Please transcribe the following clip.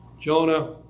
Jonah